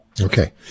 Okay